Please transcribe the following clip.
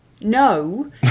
no